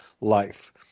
life